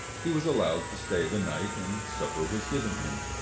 he was allowed to stay the night, and supper was given him.